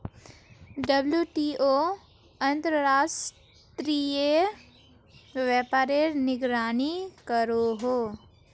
WTO अंतर्राश्त्रिये व्यापारेर निगरानी करोहो